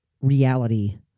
reality